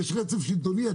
ויש רצף שלטוני.